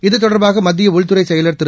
இது தொடர்பாக மத்திய உள்துறை செயலர் திரு